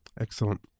excellent